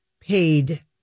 paid